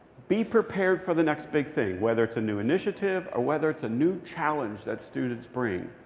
be prepared for the next big thing, whether it's a new initiative, or whether it's a new challenge that students bring.